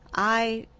i.